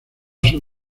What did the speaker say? sus